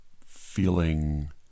feeling